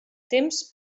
temps